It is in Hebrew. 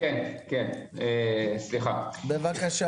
בבקשה